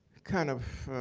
kind of